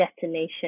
destination